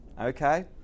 okay